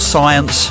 Science